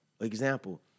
Example